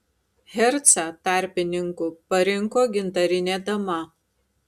hercą tarpininku parinko gintarinė dama